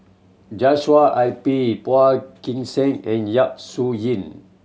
Joshua I P Phua Kin Siang and Yap Su Yin